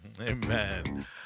Amen